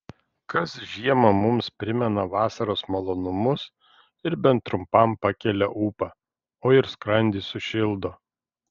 kas žiemą mums primena vasaros malonumus ir bent trumpam pakelią ūpą o ir skrandį sušildo